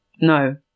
No